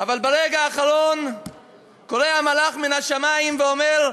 אבל ברגע האחרון קורא המלאך מן השמים ואומר: